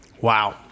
Wow